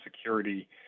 security